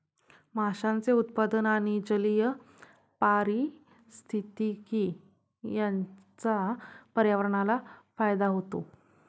माशांचे उत्पादन आणि जलीय पारिस्थितिकी यांचा पर्यावरणाला फायदा होतो